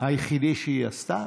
היחידי שהיא עשתה,